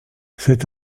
cet